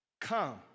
come